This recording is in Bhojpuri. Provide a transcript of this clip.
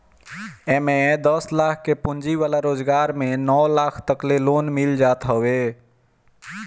एमे दस लाख के पूंजी वाला रोजगार में नौ लाख तकले लोन मिल जात हवे